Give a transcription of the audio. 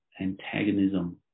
antagonism